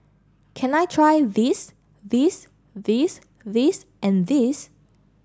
can I try this this this this and this